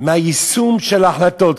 מהיישום של ההחלטות,